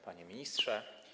Panie Ministrze!